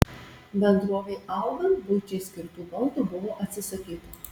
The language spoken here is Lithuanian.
bendrovei augant buičiai skirtų baldų buvo atsisakyta